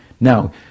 Now